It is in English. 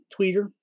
Tweeter